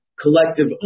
collective